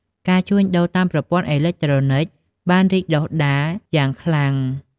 ការជួញដូរតាម ប្រព័ន្ធអេឡិចត្រូនិក បានរីកដុះដាលយ៉ាងខ្លាំង។